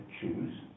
choose